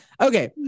okay